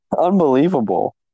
Unbelievable